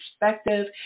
perspective